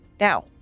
Now